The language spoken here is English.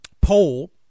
poll